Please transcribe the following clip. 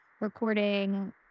recording